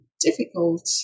difficult